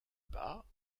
bas